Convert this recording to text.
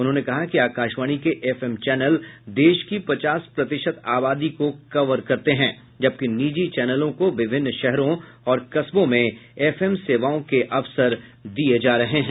उन्होंने कहा कि आकाशवाणी के एफएम चैनल देश की पचास प्रतिशत आबादी को कवर करते हैं जबकि निजी चैनलों को विभिन्न शहरों और कस्बों में एफएम सेवाओं के अवसर दिए जा रहे हैं